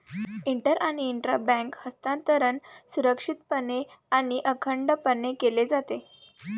inter आणि intra bank हस्तांतरण सुरक्षितपणे आणि अखंडपणे केले जाते